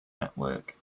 network